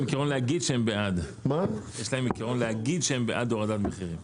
שהם בעד הורדת מחירים.